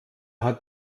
hat